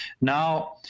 Now